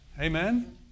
Amen